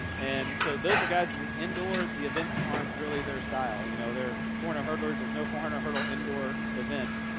and so those are guys that indoor the events aren't really their style. you know. they're four hundred and hurdlers, there's no four hundred hurdle indoor event.